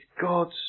God's